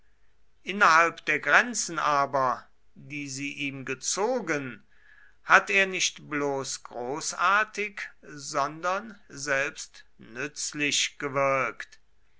innerhalb der grenzen aber die sie ihm gezogen hat er nicht bloß großartig sondern selbst nützlich gewirkt